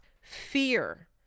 Fear